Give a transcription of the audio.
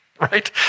right